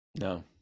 No